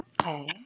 Okay